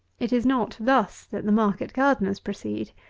it is not thus that the market gardeners proceed.